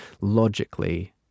logically